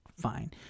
fine